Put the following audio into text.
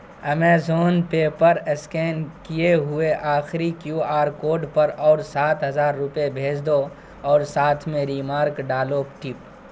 Amazon pay پر scan کیے ہوئے آخری کیو آر کوڈ پر اور سات ہزار روپئے بھیج دو اور ساتھ میں ریمارک ڈالو ٹپ